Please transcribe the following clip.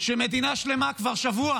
שמדינה שלמה כבר שבוע